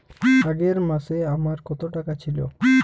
আগের মাসে আমার কত টাকা ছিল?